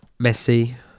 Messi